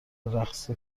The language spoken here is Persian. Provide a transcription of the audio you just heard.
رقص